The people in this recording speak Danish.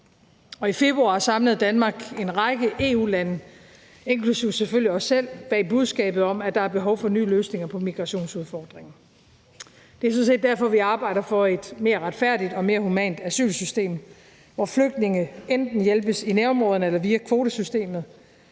i februar samlede Danmark en række EU-lande, inklusive selvfølgelig os selv, bag budskabet om, at der er behov for nye løsninger på migrationsområdet. Det er sådan set derfor, vi arbejder for et mere retfærdigt og mere humant asylsystem, hvor flygtninge enten hjælpes i nærområderne eller via kvotesystemet,